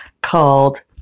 called